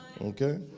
Okay